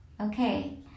Okay